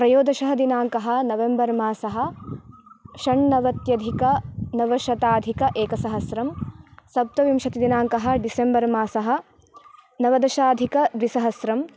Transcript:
त्रयोदशः दिनाङ्कः नवेम्बर् मासः षण्णवत्यधिकनवशताधिक एकसहस्रं सप्तविंशतिदिनाङ्कः डिसेम्बर् मासः नवदशाधिकद्विसहस्रं